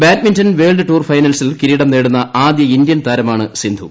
badminton world tour ഫൈനൽസിൽ കിരീടം നേടുന്ന ആദ്യ ഇന്ത്യൻ താരമാണ് സിന്ധു